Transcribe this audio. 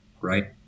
Right